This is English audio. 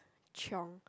chiong